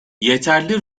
yeterli